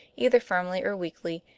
either firmly or weakly,